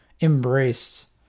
embraced